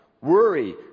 Worry